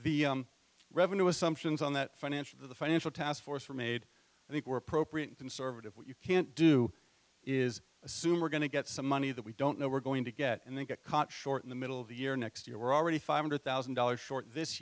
the revenue assumptions on that financial the financial taskforce are made i think we're proprium conservative you can't do is assume we're going to get some money that we don't know we're going to get and then get caught short in the middle of the year next year we're already five hundred thousand dollars short this